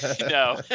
No